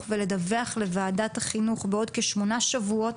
ולדווח לוועדת החינוך בעוד כשמונה שבועות,